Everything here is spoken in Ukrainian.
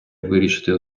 вирішити